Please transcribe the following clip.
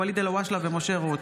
ואליד אלהואשלה ומשה רוט